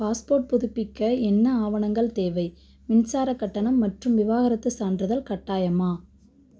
passport புதுப்பிக்க என்ன ஆவணங்கள் தேவை மின்சாரக் கட்டணம் மற்றும் விவாகரத்துச் சான்றிதழ் கட்டாயமா